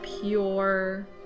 pure